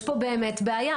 יש פה באמת בעיה,